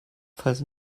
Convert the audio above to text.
falls